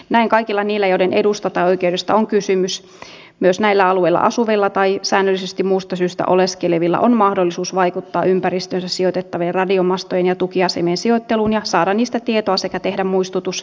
näin kaikilla niillä joiden edusta tai oikeudesta on kysymys myös näillä alueilla asuvilla tai säännöllisesti muusta syystä oleskelevilla on mahdollisuus vaikuttaa ympäristöönsä sijoitettavien radiomastojen ja tukiasemien sijoitteluun ja saada niistä tietoa sekä tehdä muistutus sijoittamissuunnitelmasta